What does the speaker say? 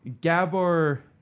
Gabor